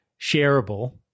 shareable